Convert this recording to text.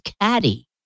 caddy